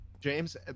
James